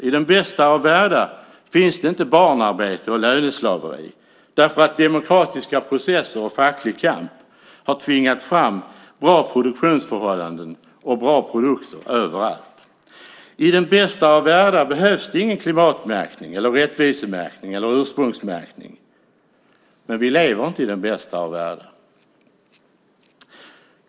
I den bästa av världar finns det inte barnarbete och löneslaveri därför att demokratiska processer och facklig kamp har tvingat fram bra produktionsförhållanden och bra produkter överallt. I den bästa av världar behövs ingen klimatmärkning eller rättvisemärkning eller ursprungsmärkning. Men vi lever inte i den bästa av världar.